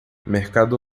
mercado